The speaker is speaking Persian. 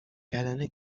کردن